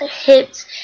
Hits